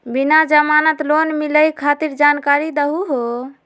बिना जमानत लोन मिलई खातिर जानकारी दहु हो?